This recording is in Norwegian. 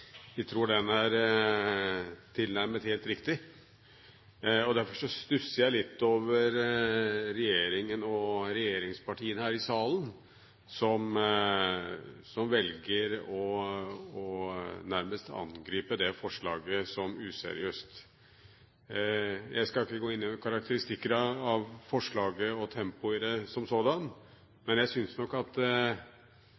tror den er tilnærmet helt riktig. Derfor stusser jeg litt over regjeringen og regjeringspartiene her i salen som velger nærmest å angripe det forslaget som useriøst. Jeg skal ikke gå inn i noen karakteristikker av forslaget og tempoet som